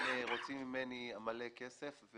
ורוצה ממני הרבה כסף.